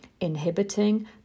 inhibiting